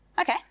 Okay